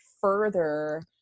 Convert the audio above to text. further